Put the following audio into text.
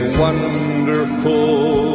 wonderful